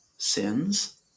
Sins